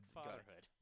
fatherhood